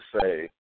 say